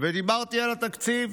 ודיברתי על התקציב